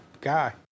guy